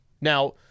Now –